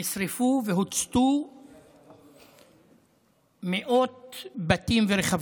נשרפו והוצתו מאות בתים ורכבים,